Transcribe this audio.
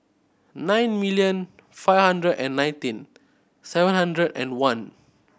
nine million five hundred and nineteen seven hundred and one